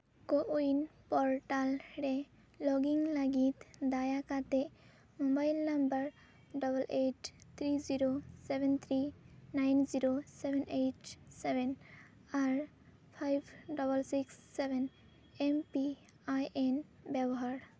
CoWIN portal ᱨᱮ ᱞᱚᱜ ᱤᱱ ᱞᱟᱹᱜᱤᱫ ᱫᱟᱭᱟ ᱠᱟᱛᱮᱫ mobile number double eight three zero seven three nine zero seven eight seven ᱟᱨ five double six seven M P I N ᱵᱮᱵᱚᱦᱟᱨ